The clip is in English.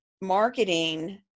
marketing